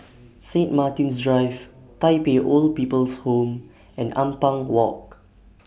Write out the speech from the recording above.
Sanit Martin's Drive Tai Pei Old People's Home and Ampang Walk